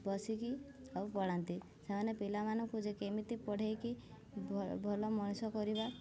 ବସିକି ଆଉ ପଳାନ୍ତି ସେମାନେ ପିଲାମାନଙ୍କୁ ଯେ କେମିତି ପଢ଼ାଇକି ଭଲ ମଣିଷ କରିବା